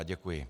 Děkuji.